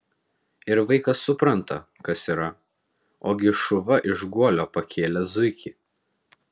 ir vaikas supranta kas yra ogi šuva iš guolio pakėlė zuikį